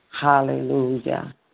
Hallelujah